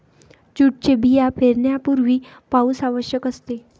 जूटचे बिया पेरण्यापूर्वी पाऊस आवश्यक असते